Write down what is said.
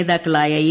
നേതാക്കളായ എ